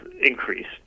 increased